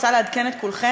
אני רוצה לעדכן את כולכם,